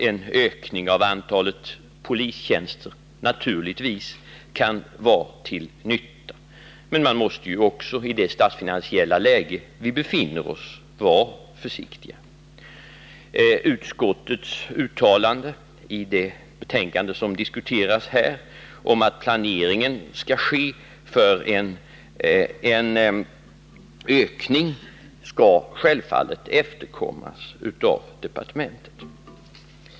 En ökning av antalet polistjänster kan naturligtvis vara till nytta, men man måste också, i det statsfinansiella läge där vi befinner oss, vara försiktig. Utskottets uttalande i det betänkande som diskuteras här om att planering skall ske för en ökning skall självfallet efterkommas av departementet.